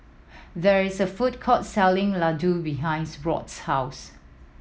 there is a food court selling Ladoo behinds Rob's house